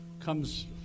comes